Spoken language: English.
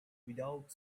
without